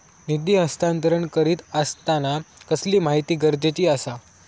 निधी हस्तांतरण करीत आसताना कसली माहिती गरजेची आसा?